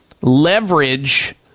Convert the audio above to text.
leverage